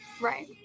Right